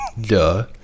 duh